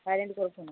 silent କରିଛୁ ନା